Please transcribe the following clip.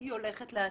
שהיא הולכת לעשות.